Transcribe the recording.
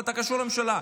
אבל אתה קשור לממשלה,